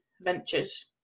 ventures